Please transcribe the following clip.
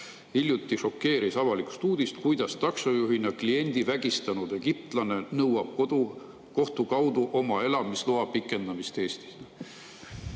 Hiljuti šokeeris avalikkust uudis, kuidas taksojuhina kliendi vägistanud egiptlane nõuab kohtu kaudu oma Eestis elamise loa pikendamist.